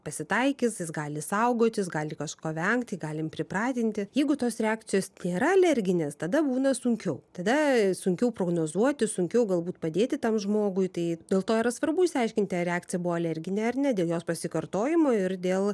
pasitaikys jis gali saugotis gali kažko vengti galim pripratinti jeigu tos reakcijos nėra alerginės tada būna sunkiau tada sunkiau prognozuoti sunkiau galbūt padėti tam žmogui tai dėl to yra svarbu išsiaiškinti ar reakcija buvo alerginė ar ne dėl jos pasikartojimo ir dėl